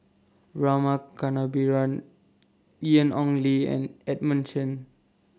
Rama Kannabiran Ian Ong Li and Edmund Chen